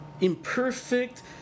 imperfect